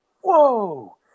whoa